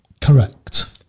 Correct